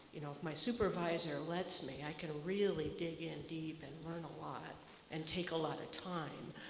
you know if my supervisor lets me, i can really dig in deep and learn a lot and take a lot of time.